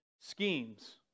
schemes